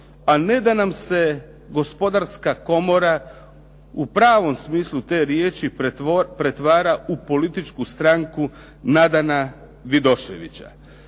a ne da nam se Gospodarska komora u pravom smislu te riječi pretvara u političku stranku Nadana Vidoševića.